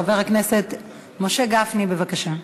חבר הכנסת משה גפני, בבקשה.